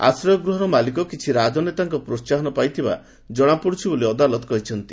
ଆଶ୍ରୟ ଗୃହ ମାଲିକ କିଛି ରାଜନେତାଙ୍କ ପ୍ରୋହାହନ ପାଉଥିବା କ୍ଷଣାପଡୁଛି ବୋଳି ଅଦାଲତ କହିଛନ୍ତି